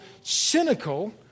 cynical